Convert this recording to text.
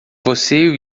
você